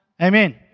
Amen